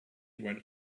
when